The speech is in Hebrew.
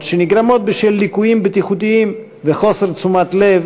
שנגרמות בשל ליקויים בטיחותיים וחוסר תשומת לב